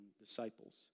Disciples